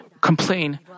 complain